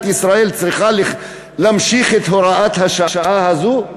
ישראל צריכה להמשיך את הוראת השעה הזאת?